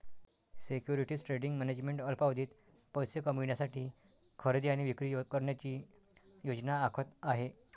securities trading management अल्पावधीत पैसे कमविण्यासाठी खरेदी आणि विक्री करण्याची योजना आखत आहे